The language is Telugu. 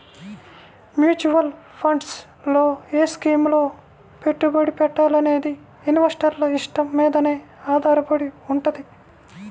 మ్యూచువల్ ఫండ్స్ లో ఏ స్కీముల్లో పెట్టుబడి పెట్టాలనేది ఇన్వెస్టర్ల ఇష్టం మీదనే ఆధారపడి వుంటది